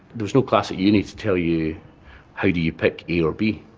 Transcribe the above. there is no class at uni to tell you how do you pick, a or b,